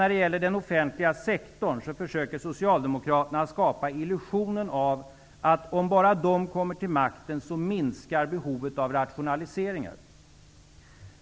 När det gäller den offentliga sektorn försöker Socialdemokraterna skapa illusionen att om de bara kommer till makten så minskar behovet av rationaliseringar.